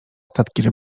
statki